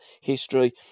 history